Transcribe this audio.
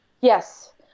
Yes